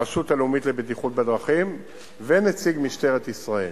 הרשות הלאומית לבטיחות בדרכים ונציג משטרת ישראל.